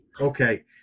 Okay